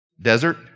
Desert